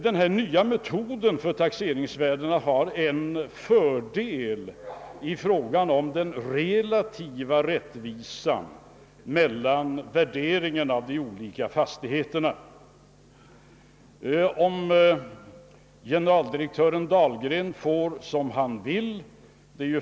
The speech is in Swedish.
Den nya metoden för beräkning av taxeringsvärdena har en fördel lå det gäller den relativa rättvisan mellan värderingarna av de olika fastigheterna.